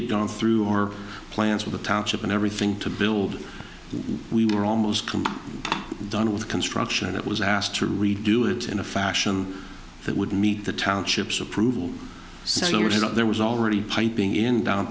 had gone through our plans with the township and everything to build we were almost completely done with construction and it was asked to redo it in a fashion that would meet the townships approval so there was already piping in down